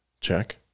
Check